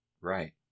Right